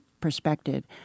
perspective